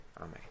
Amen